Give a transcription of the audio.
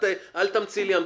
אל תמציא לי המצאות,